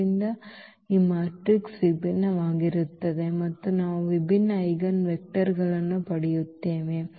ಆದ್ದರಿಂದ ಈ ಮ್ಯಾಟ್ರಿಕ್ಸ್ ವಿಭಿನ್ನವಾಗಿರುತ್ತದೆ ಮತ್ತು ನಾವು ವಿಭಿನ್ನ ಐಜೆನ್ ವೆಕ್ಟರ್ಗಳನ್ನು ಪಡೆಯುತ್ತೇವೆ